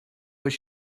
was